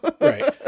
Right